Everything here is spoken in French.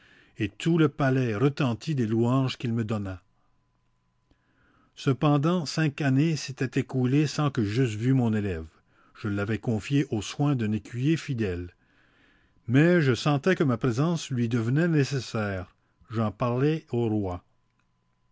et tous le palais retentit des louanges qu'il me donna cependant cinq années s'étaient écoulées sans que j'eusse vu mon élève je l'avais confié aux soins d'un écuyer fidèle mais je sentais que ma présence lui devenait nécessaire j'en parlai au roi